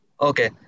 Okay